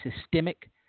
systemic